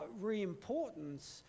reimportance